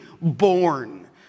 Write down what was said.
born